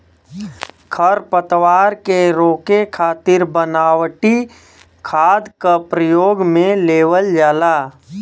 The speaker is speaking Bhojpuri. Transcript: खरपतवार के रोके खातिर बनावटी खाद क परयोग में लेवल जाला